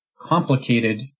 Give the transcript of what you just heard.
complicated